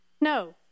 No